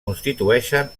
constitueixen